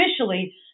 officially